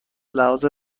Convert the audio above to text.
لحاظ